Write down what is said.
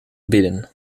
bidden